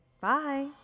Bye